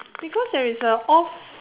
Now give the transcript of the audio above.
because there is a off